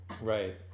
Right